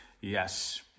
yes